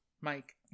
Mike